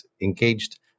engaged